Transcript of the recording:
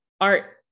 art